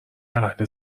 اهل